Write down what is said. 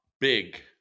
big